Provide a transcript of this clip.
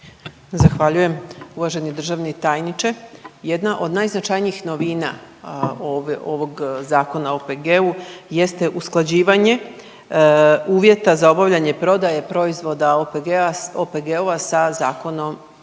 Zahvaljujem. Uvaženi državni tajniče jedna od najznačajnijih ovog Zakona o OPG-u jeste usklađivanje uvjeta za obavljanje prodaje proizvoda OPG-a, OPG-ova sa zakonom,